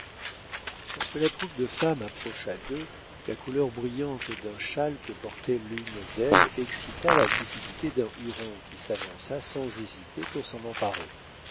lorsque la troupe de femmes approcha d'eux la couleur brillante d'un châle que portait l'une d'elles excita la cupidité dun jan qui s'avança sans hésiter pour s'en emparer